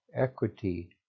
equity